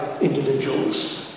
individuals